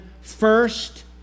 first